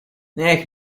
niech